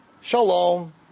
Shalom